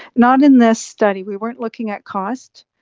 not in this study, we weren't looking at cost.